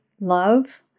love